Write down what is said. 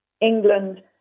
England